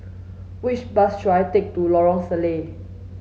which bus should I take to Lorong Salleh